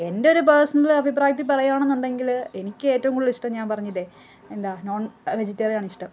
എന്റെ ഒരു പേഴ്സണൽ അഭിപ്രായത്തിൽ പറയുക ആണെന്നുടെങ്കിൽ എനിക്കേറ്റവും കൂടുതലിഷ്ടം ഞാൻ പറഞ്ഞില്ലെ എന്താ നോൺ വെജിറ്റേറിയാനാണ് ഇഷ്ടം